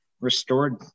restored